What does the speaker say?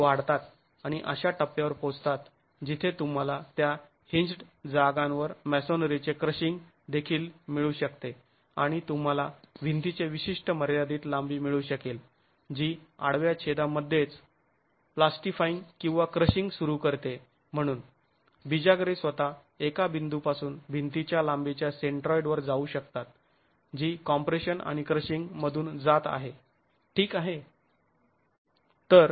ते वाढतात आणि अशा टप्प्यावर पोहोचतात जिथे तूम्हाला त्या हींज्ड् जागांवर मॅसोनरीचे क्रशिंग देखील मिळू शकता आणि तुम्हाला भिंतीचे विशिष्ट मर्यादित लांबी मिळू शकेल जी आडव्या छेदामध्येच प्लास्टिफाईंग किंवा क्रशिंग सुरू करते म्हणून बिजागरे स्वतः एका बिंदूपासून भिंतीच्या लांबीच्या सेंट्राॅईडवर जाऊ शकते जी कॉम्प्रेशन आणि क्रशिंग मधून जात आहे ठीक आहे